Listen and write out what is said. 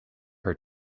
her